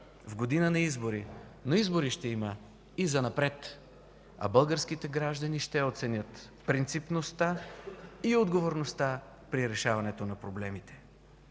в година на избори. Но избори ще има и занапред, а българските граждани ще оценят принципността и отговорността при решаването на проблемите.